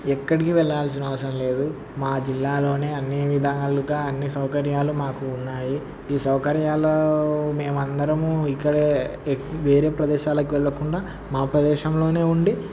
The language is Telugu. ఎక్కడికి వెళ్లాల్సిన అవసరం లేదు మా జిల్లాలోనే అన్ని విధాలుగా అన్ని సౌకర్యాలు మాకు ఉన్నాయి ఈ సౌకర్యాలు మేము అందరము ఇక్కడే వేరే ప్రదేశాలకు వెళ్ళకుండా మా ప్రదేశంలోనే ఉండి